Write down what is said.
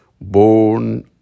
born